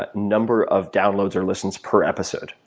but number of downloads or listens per episode,